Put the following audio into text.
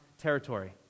territory